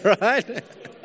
right